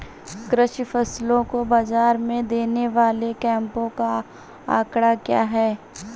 कृषि फसलों को बाज़ार में देने वाले कैंपों का आंकड़ा क्या है?